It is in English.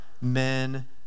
men